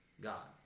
God